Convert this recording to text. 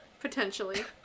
Potentially